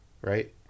right